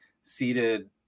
seated